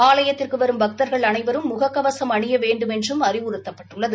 ஆலயத்திற்கு வரும் பக்தர்கள் அனைவரும் முக கவசம் அனிய வேண்டுமென்றும் அறிவுறுத்தப்பட்டுள்ளது